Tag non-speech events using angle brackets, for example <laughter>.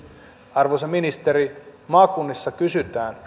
arvoisa ministeri maakunnissa kysytään <unintelligible>